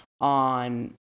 on